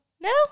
No